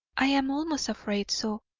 i am almost afraid so.